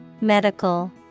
Medical